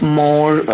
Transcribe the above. more